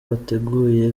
bateguye